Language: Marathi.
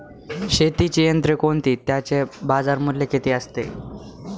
शेतीची यंत्रे कोणती? त्याचे बाजारमूल्य किती असते?